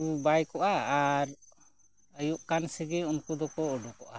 ᱵᱟᱭ ᱠᱚᱜᱼᱟ ᱟᱨ ᱟᱹᱭᱩᱵ ᱟᱠᱟᱱ ᱥᱮᱜᱮ ᱩᱱᱠᱩ ᱫᱚᱠᱚ ᱩᱰᱩᱠᱚᱜᱼᱟ